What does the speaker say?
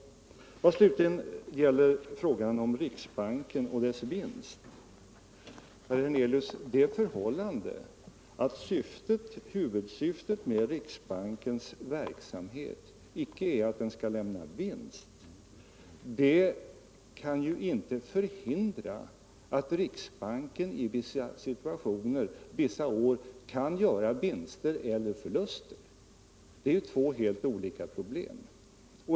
Slutligen till frågan om riksbanken och dess vinst. Herr Hernelius! Det förhållandet att huvudsyftet med riksbankens verksamhet icke är att den skall lämna vinst kan inte förhindra att riksbanken i vissa situationer kan göra vinster eller förluster. Det är två helt olika saker.